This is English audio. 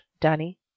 Danny